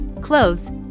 clothes